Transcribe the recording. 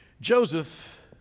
Joseph